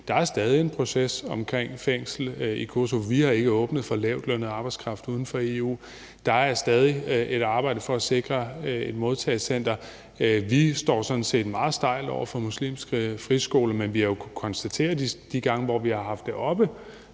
Der er stadig en proces omkring fængslet i Kosovo; vi har ikke åbnet for lavtlønnet arbejdskraft uden for EU; der er stadig et arbejde for at sikre et modtagecenter; vi står sådan set meget stejlt over for muslimske friskoler, men vi har jo kunnet konstatere, at vi de gange, hvor vi har haft det oppe